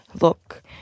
look